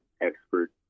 expert